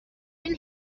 این